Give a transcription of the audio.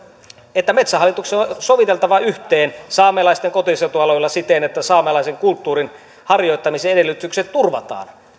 että metsähallituksen on soviteltava yhteen saamelaisten kotiseutualueilla siten että saamelaisen kulttuurin harjoittamisen edellytykset turvataan